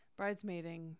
Bridesmaiding